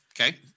Okay